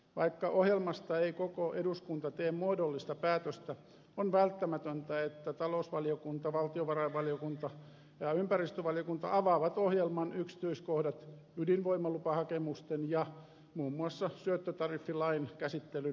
vaikka ohjelmasta ei koko eduskunta tee muodollista päätöstä on välttämätöntä että talousvaliokunta valtiovarainvaliokunta ja ympäristövaliokunta avaavat ohjelman yksityiskohdat ydinvoimalupahakemusten ja muun muassa syöttötariffilain käsittelyn yh teydessä